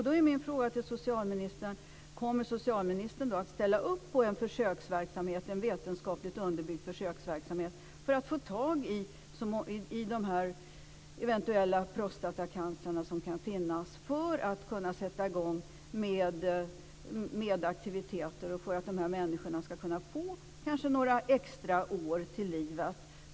Då är min fråga till socialministern om han kommer att ställa upp på en vetenskapligt underbyggd försöksverksamhet för att få tag i de prostatacancerfall som eventuellt kan finnas, för att kunna sätta i gång med aktiviteter och för att dessa människor kanske ska kunna få några extra år i livet.